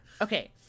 Okay